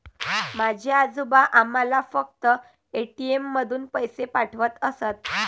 माझे आजोबा आम्हाला फक्त ए.टी.एम मधून पैसे पाठवत असत